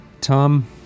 Tom